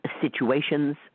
situations